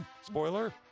Spoiler